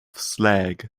slag